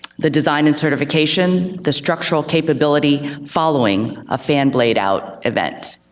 the design and certification, the structural capability following a fan blade out event.